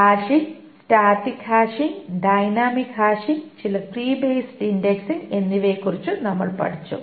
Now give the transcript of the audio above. hashing static hashing dynamic hashing ചില tree based indexing എന്നിവയെക്കുറിച്ച് നമ്മൾ പഠിച്ചു